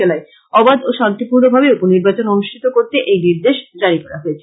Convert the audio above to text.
জেলায় অবাধ ও শান্তিপূর্ণভাবে উপনির্বাচন অনুষ্ঠিত করতে এই নির্দেশ জারি করা হয়েছে